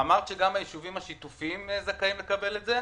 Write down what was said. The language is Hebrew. יש לי עוד שאלה: אמרת שגם ביישובים השיתופיים זכאים לקבל את זה?